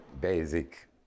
basic